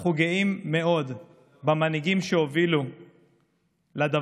אנחנו גאים מאוד במנהיגים שהובילו לדבר